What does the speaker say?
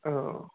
औ